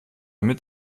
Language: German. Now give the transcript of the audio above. mit